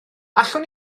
allwn